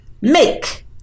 make